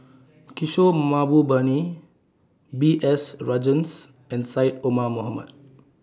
Kishore Mahbubani B S Rajhans and Syed Omar Mohamed